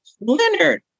Leonard